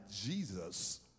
Jesus